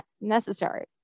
necessary